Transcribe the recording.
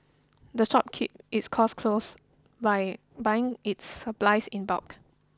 the shop keep its costs close by buying its supplies in bulk